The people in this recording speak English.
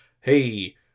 hey